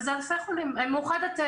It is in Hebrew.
זה אלפי חולים במאוחדת,